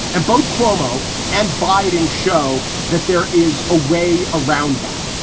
and both cuomo and biden show that there is a way around that.